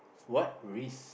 what risk